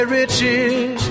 riches